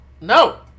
No